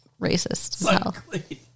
racist